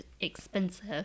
expensive